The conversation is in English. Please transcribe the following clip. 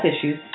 issues